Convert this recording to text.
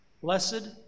Blessed